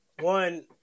one